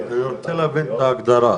וכמובן צריך לעשות את הביקורות המתאימות וכו'.